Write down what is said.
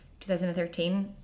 2013